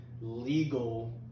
legal